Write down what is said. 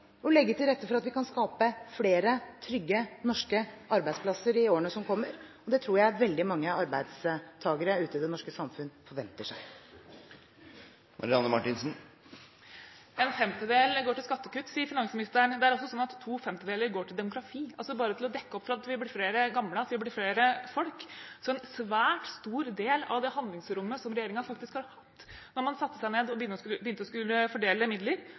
legge til rette for at vi kan skape flere trygge norske arbeidsplasser i årene som kommer. Det tror jeg veldig mange arbeidstakere ute i det norske samfunn forventer. En femtedel går til skattekutt, sier finansministeren. Det er altså sånn at to femtedeler går til demografi, bare for å dekke opp at vi blir flere gamle, og at vi blir flere folk. Så en svært stor del av det handlingsrommet som regjeringen faktisk hadde da man satte seg ned og skulle begynne å fordele midler,